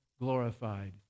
glorified